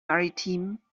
maritime